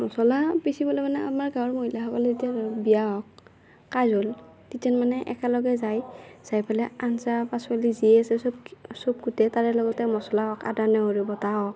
মচলা পিচিবলে মানে আমাৰ গাঁৱৰ মহিলাসকলে যেতিয়া বিয়া হওক কাজ হ'ল তিতেন মানে একেলগে যায় যাই পেলাই আঞ্জা পাচলি যিয়ে আছে চব চব কুটে তাৰে লগতে মছলা হওক আদা নহৰু বটা হওক